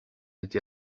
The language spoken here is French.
été